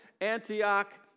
Antioch